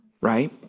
right